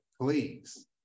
please